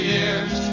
Year's